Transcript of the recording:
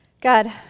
God